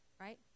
right